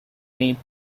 name